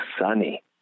sunny